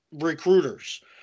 recruiters